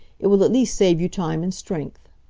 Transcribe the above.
it will at least save you time and strength.